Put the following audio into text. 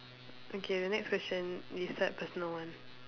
okay the next question we start personal one